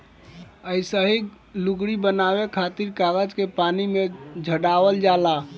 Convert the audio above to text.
अइसही लुगरी बनावे खातिर कागज के पानी में सड़ावल जाला